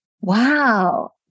Wow